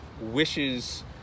wishes